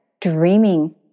Dreaming